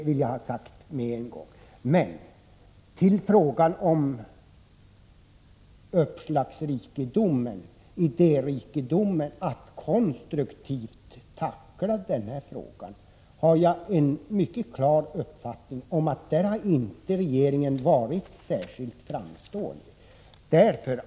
Men när det gäller uppslagsrikedomen, idérikedomen, när det gäller att konstruktivt tackla den här frågan, har jag den mycket klara uppfattningen att regeringen inte har varit särskilt framstående.